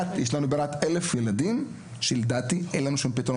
יש לנו כ-1,000 ילדים שאין להם שום פתרון.